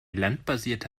landbasierte